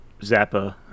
Zappa